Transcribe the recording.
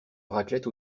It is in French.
raclette